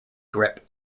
grip